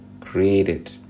created